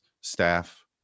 staff